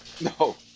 no